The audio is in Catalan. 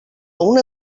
una